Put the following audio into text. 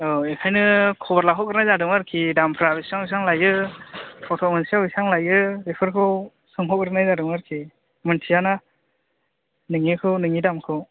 औ बेखायनो खबर लाहरग्रोनाय जादोंमोन आरोखि दामफ्रा बेसेबां बसेबां लायो फट' मोनसेयाव बेसेबां लायो बेफोरखौ सोंहरग्रोनाय जादोंमोन आरोखि मिथिया ना नोंनियाखौ नोंनि दामखौ